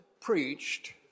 preached